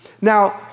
Now